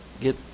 get